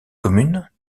commune